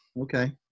Okay